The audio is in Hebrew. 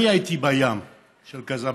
אני הייתי בים של קזבלנקה.